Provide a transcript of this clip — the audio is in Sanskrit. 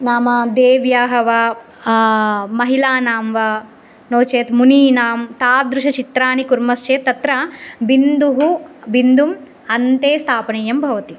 नाम देव्याः वा महिलानां वा नो चेत् मुनीनां तादृशचित्रानि कुर्मश्वेत् तत्र बिन्दुः बिन्दुम् अन्ते स्थापनीयं भवति